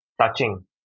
touching